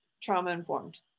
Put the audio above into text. trauma-informed